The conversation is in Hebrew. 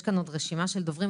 יש כאן עוד רשימה של דוברים,